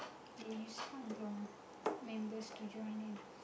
they use angklung members to join them